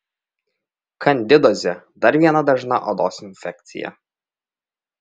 kandidozė dar viena dažna odos infekcija